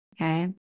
okay